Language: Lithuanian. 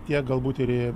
tiek galbūt ir į